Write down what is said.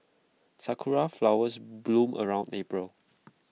Sakura Flowers bloom around April